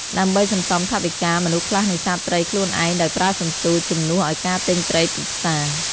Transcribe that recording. ដើម្បីសន្សំថវិកា មនុស្សខ្លះនេសាទត្រីខ្លួនឯងដោយប្រើសន្ទួច ជំនួសឲ្យការទិញត្រីពីផ្សារ។